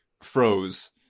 froze